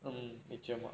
mm